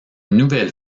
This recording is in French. nouvelle